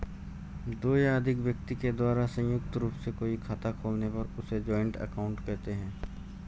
दो या अधिक व्यक्ति के द्वारा संयुक्त रूप से कोई खाता खोलने पर उसे जॉइंट अकाउंट कहते हैं